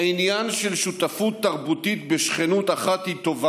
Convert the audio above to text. העניין של שותפות תרבותית בשכנות הוא טוב,